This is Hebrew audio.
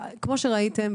כמו שראיתם,